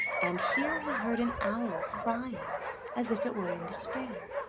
and here he heard an owl crying as if it were in despair.